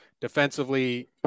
defensively